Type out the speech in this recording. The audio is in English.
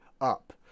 up